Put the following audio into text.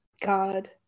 God